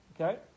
Okay